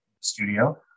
studio